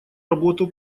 работу